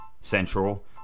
Central